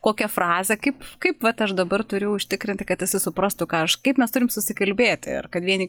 kokią frazę kaip kaip vat aš dabar turiu užtikrinti kad visi suprastų ką aš kaip mes turim susikalbėti ir kad vieni